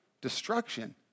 destruction